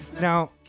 now